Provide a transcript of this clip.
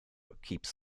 keeps